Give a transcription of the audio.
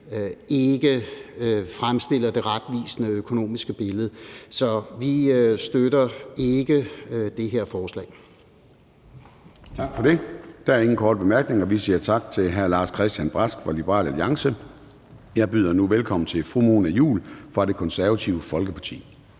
ikke fremstiller det retvisende økonomiske billede. Så vi støtter ikke det her forslag. Kl. 10:31 Formanden (Søren Gade): Der er ingen korte bemærkninger, så vi siger tak til hr. Lars-Christian Brask fra Liberal Alliance. Jeg byder nu velkommen til fru Mona Juul fra Det Konservative Folkeparti.